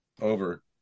Over